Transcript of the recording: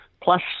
plus